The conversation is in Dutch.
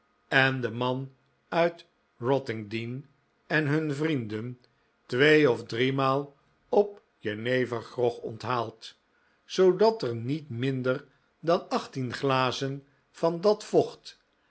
en den man uit rottingdean en hun vrienden twee of driemaal op jenevergrog onthaald zoodat er niet minder dan achttien glazen van dat vocht